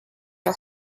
are